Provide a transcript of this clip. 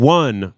one